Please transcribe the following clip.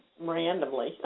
randomly